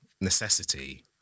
necessity